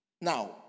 Now